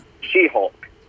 She-Hulk